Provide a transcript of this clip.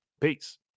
Peace